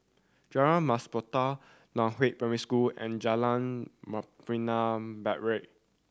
Jalan Mas Puteh Nan Hua Primary School and Jalan Membina Barat